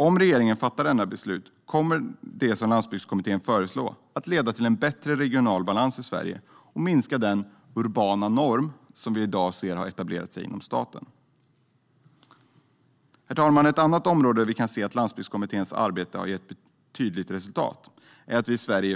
Om regeringen fattar denna typ av beslut kommer det, som Landsbygdskommittén föreslår, att leda till en bättre regional balans i Sverige och minska den "urbana norm" som vi i dag ser har etablerat sig inom staten. Herr talman! Ett annat område där vi kan se att Landsbygdskommitténs arbete har gett ett tydligt resultat är att Sverige